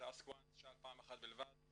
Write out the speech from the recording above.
"שאל פעם אחת בלבד",